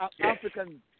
African